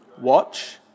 watch